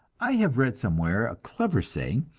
i have read somewhere a clever saying,